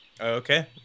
Okay